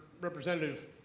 Representative